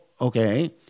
okay